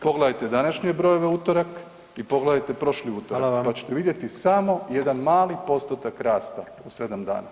Pogledajte današnje brojeve u utorak i pogledajte prošli utorak [[Upadica: Hvala vam.]] pa ćete vidjeti samo jedan mali postotak rasta u 7 dana.